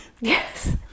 Yes